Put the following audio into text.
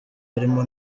harimo